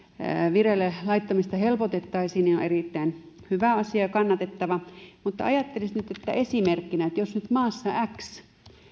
vireille laittamista helpotettaisiin on erittäin hyvä ja kannatettava asia mutta esimerkkinä jos nyt maassa x